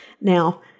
Now